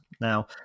Now